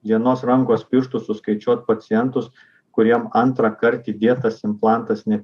vienos rankos pirštų suskaičiuot pacientus kuriem antrąkart įdėtas implantas ne